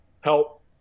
help